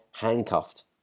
handcuffed